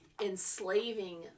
enslaving